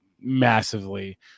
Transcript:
massively